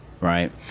Right